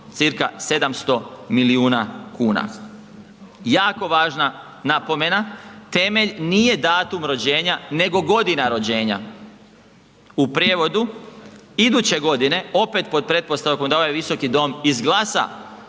cca. 700 milijuna kuna. Jako važna napomena, temelj nije datum rođenja, nego godina rođenja, u prijevodu iduće godine opet pod pretpostavkom da ovaj visoki dom izglasa